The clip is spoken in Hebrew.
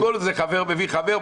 הכול זה חבר מביא חבר,